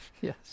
Yes